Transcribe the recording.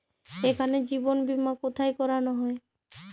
এখানে জীবন বীমা কোথায় করানো হয়?